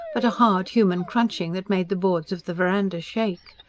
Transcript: but a hard, human crunching that made the boards of the verandah shake.